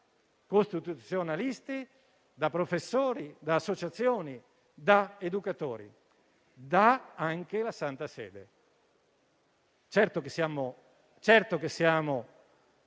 costituzionalisti, da professori, da associazioni, da educatori e anche dalla Santa Sede. Certo che siamo